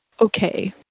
Okay